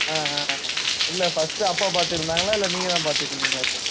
ஆ ஆ ஆ இல்லை ஃபஸ்ட்டு அப்பா பார்த்துட்ருந்தாங்களா இல்லை நீங்கள் தான் பார்த்துட்ருந்தீங்களா சார்